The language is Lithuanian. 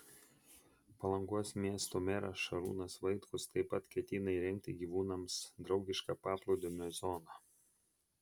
palangos miesto meras šarūnas vaitkus taip pat ketina įrengti gyvūnams draugišką paplūdimio zoną